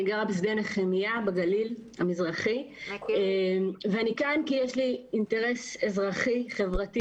אני גרה בשדה נחמיה בגליל המזרחי ואני כאן כי יש לי אינטרס אזרחי חברתי.